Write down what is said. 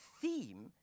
theme